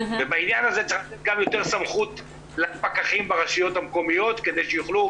בעניין הזה צריך לתת יותר סמכות לפקחים ברשויות המקומיות כדי שיוכלו